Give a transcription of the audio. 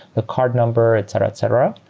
the card number etc. etc.